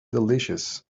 delicious